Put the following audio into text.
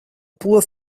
poor